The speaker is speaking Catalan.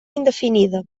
indefinida